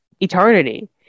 eternity